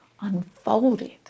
unfolded